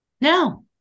No